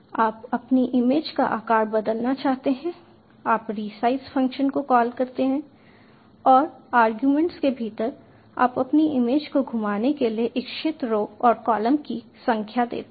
आप अपनी इमेज का आकार बदलना चाहते हैं आप रिसाइज़ फ़ंक्शन को कॉल करते हैं और अरगुमेंट्स के भीतर आप अपनी इमेज को घुमाने के लिए इच्छित रो और कॉलम की संख्या देते हैं